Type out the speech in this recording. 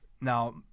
Now